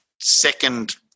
second